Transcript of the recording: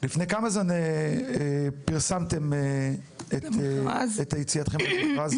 לפני כמה זמן פרסמתם את יציאתכם למכרז?